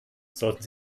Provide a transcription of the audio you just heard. sollten